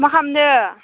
मा खामदों